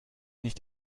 nicht